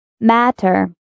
Matter